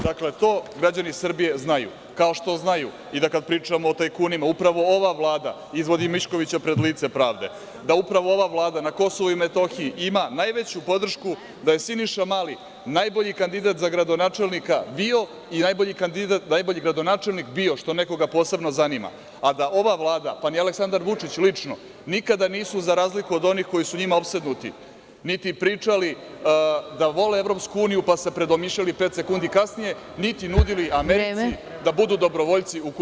Dakle, to građani Srbije znaju, kao što znaju i da kada pričamo o tajkunima, upravo ova Vlada izvodi i Miškovića pred lice pravde, da upravo ova Vlada na KiM ima najveću podršku, da je Siniša Mali najbolji kandidat za gradonačelnika bio i najbolji gradonačelnik bio, što nekoga posebno zanima, a da ova Vlada, pa ni Aleksandar Vučić lično, nikada nisu za razliku od onih kojima su njima opsednuti niti pričali da vole EU, pa se predomišljali pet sekundi kasnije, niti nudili Americi da budu dobrovoljci u Kuvajtu.